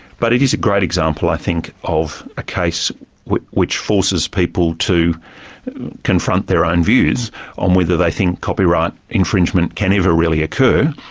but it is a great example i think of a case which which forces people to confront their own views on whether they think copyright infringement can ever really occur,